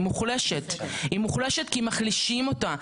היא מוחלשת כי מחלישים אותה,